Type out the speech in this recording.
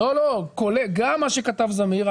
לא, גם מה שכתב זמיר.